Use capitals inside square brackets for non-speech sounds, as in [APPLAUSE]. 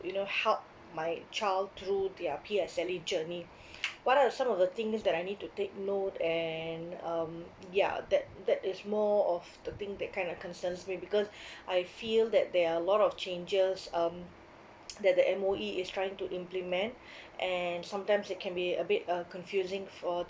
you know help my child through their P_S_L_E journey what are some of the things that I need to take note and um yeah that that is more of the thing that kind of concerns me because I feel that there are a lot of changes um [NOISE] that the M_O_E is trying to implement and sometimes it can be a bit uh confusing for